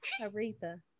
Aretha